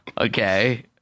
Okay